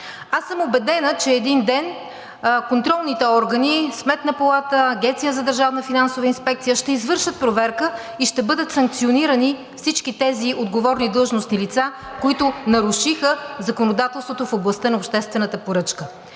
Аз съм убедена, че един ден контролните органи – Сметна палата, Агенция за държавна финансова инспекция, ще извършат проверка и ще бъдат санкционирани всички тези отговорни длъжностни лица, които нарушиха законодателството в областта на обществената поръчка.